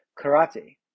karate